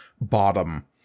bottom